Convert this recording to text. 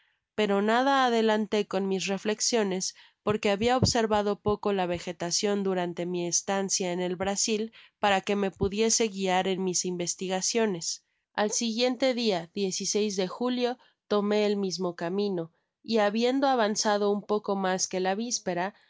pero nada adelanté con mis reflexiones porque habia observado poco la vegetacion durante mi estancia en el brasil para que me pudiese guiar en mis investigaciones al siguiente dia de julio tomé el mismo camino y habiendo avanzado un poco mas que la vispera vi que